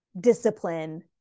discipline